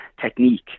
technique